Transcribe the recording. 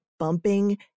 bumping